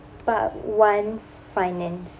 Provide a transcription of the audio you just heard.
part one finance